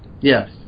yes